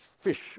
fish